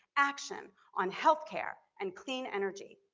action on healthcare, and clean energy?